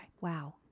Wow